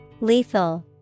Lethal